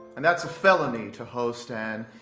and that's a felony to host an.